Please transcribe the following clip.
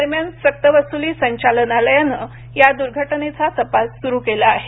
दरम्यान सक्त वसुली संचालनालयानं या दुर्घटनेचा तपास सुरू केला आहे